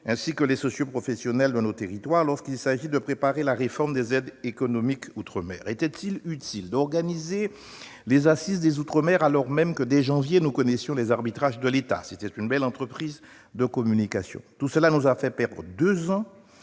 ainsi que les socioprofessionnels de nos territoires, lorsqu'il s'est agi de préparer la réforme des aides économiques outre-mer ? Était-il utile d'organiser les assises des outre-mer, alors même que, dès janvier, nous connaissions les arbitrages de l'État ? C'était une belle entreprise de communication ! Tout cela nous a fait perdre deux ans